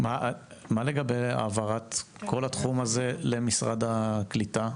מה לגבי העברת כל התחום הזה למשרד הקליטה?